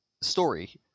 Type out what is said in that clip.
story